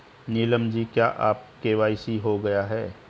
नीलम जी क्या आपका के.वाई.सी हो गया है?